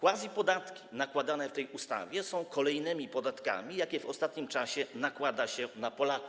Quasi-podatki nakładane w tej ustawie są kolejnymi podatkami, jakie w ostatnim czasie nakłada się na Polaków.